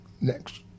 next